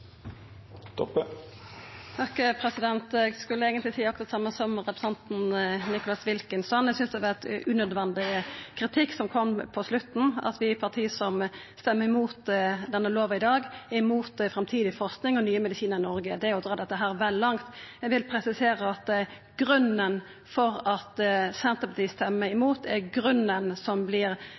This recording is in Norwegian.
Eg skulle eigentleg seia akkurat det same som representanten Nicholas Wilkinson. Eg synest det var ein unødvendig kritikk som kom på slutten, om at parti som stemmer imot denne lova i dag, er imot framtidig forsking og nye medisinar i Noreg. Det er å dra dette vel langt. Eg vil presisera at grunnen til at Senterpartiet stemmer imot, er det som